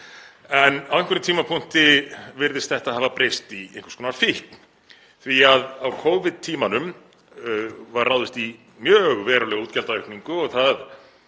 Á einhverjum tímapunkti virðist þetta hafa breyst í einhvers konar fíkn því að á Covid-tímanum var ráðist í mjög verulega útgjaldaaukningu og það